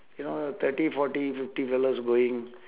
you know thirty forty fifty fellows going